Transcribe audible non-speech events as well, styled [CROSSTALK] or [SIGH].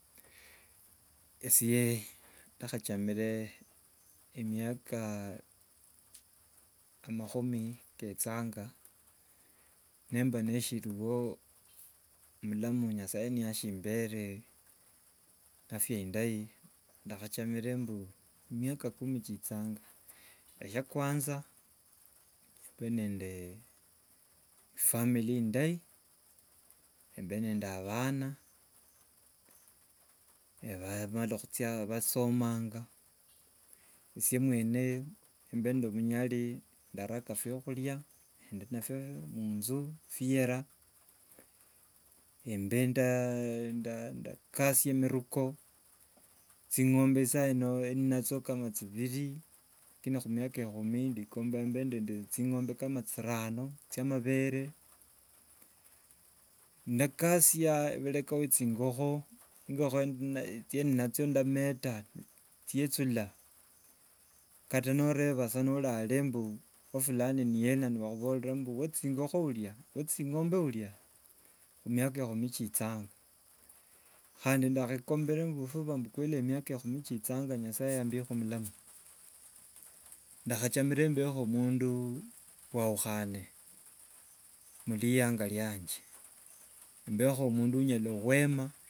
Esye ndakhanjamire emiaka amahumi kechanga nemba nishiri- khoo mulamu nyasaye nashimbere afya indayi, ndakhanjamire mbu miaka kumi kichanga, sya kwanza embe nende efamily indai, embe nende abhana [HESITATION] bamala khuchia basomanga, esye mwene mbe no- obunyari, ndaraka byakhuria ndilabyo munju bhiera, mbe ndakasia miruko ching'ombe, saa ino ndinacho kama chibiri lakini khumaika ekhumi ndikomba mbe nende ching'ombe kama chirano chya mabere. Ndakasia bhureka we ching'okho, eng'okho [HESITATION] chindi nacho ndametha chichule kata noreba sa nori ala sa mbu wa- fulani ni ena, nibakhoborera mbu we ching'okho urya, we ching'ombe urya. Humiaka ekhumi kichanga khandi ndakhokombere mbu huba kweli miaka ekhumi kichanga nyasaye yambekho bulamu ndakhachamire mbekho mundu waukhane murianga riange, mbekho mundu onyala khwema.